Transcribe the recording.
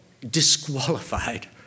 disqualified